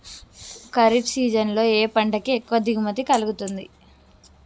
Kharif season లో ఏ పంట కి ఎక్కువ దిగుమతి కలుగుతుంది?